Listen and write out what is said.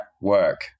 work